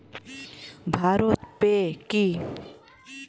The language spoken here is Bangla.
ভারত পে কি?